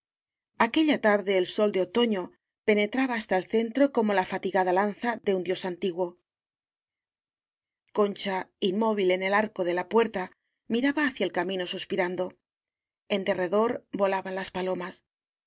aquella tarde el sol de otoño penetraba hasta el centro como la fa tigada lanza de un dios antiguo concha inmóvil en el arco de la puerta miraba hacia el camino suspirando en de rredor volaban las palomas